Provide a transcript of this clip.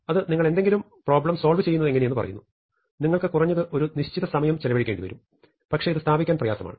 അത് നിങ്ങൾ എന്തെങ്കിലും പ്രോബ്ലം സോൾവ് ചെയ്യുന്നതെങ്ങനെയെന്നത് പറയുന്നു നിങ്ങൾക്ക് കുറഞ്ഞത് ഒരു നിശ്ചിതസമയം ചെലവഴിക്കേണ്ടിവരും പക്ഷേ ഇത് സ്ഥാപിക്കാൻ പ്രയാസമാണ്